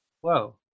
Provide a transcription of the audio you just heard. Whoa